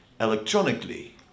electronically